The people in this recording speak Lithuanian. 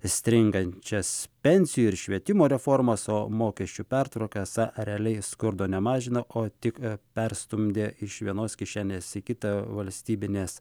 stringančias pensijų ir švietimo reformas o mokesčių pertvarka esą realiai skurdo nemažina o tik perstumdė iš vienos kišenės į kitą valstybines